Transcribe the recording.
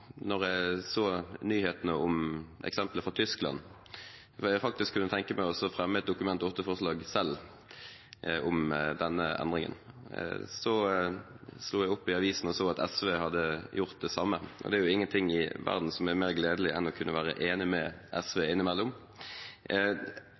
tenke meg å fremme et Dokument 8-forslag om denne endringen. Deretter slo jeg opp i avisen og så at SV hadde gjort det samme, og det er jo ingenting i verden som er mer gledelig enn å kunne være enig med SV